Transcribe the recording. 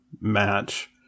match